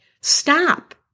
stop